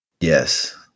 Yes